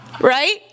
right